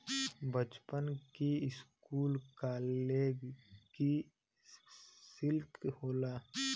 बच्चन की school college की सिल्क होला